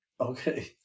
Okay